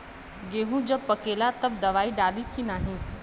गेहूँ जब पकेला तब दवाई डाली की नाही?